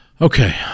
Okay